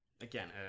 again